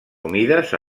humides